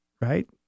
right